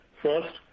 First